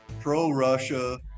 pro-Russia